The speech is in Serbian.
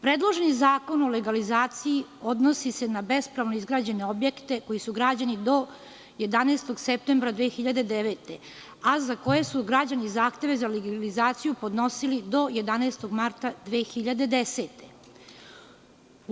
Predloženi zakon o legalizaciji odnosi se na bespravno izgrađene objekte koji su građeni do 11. septembra 2009. godine, a za koje su građani zahteve za legalizaciju podnosili do 11. marta 2010. godine.